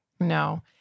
No